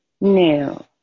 new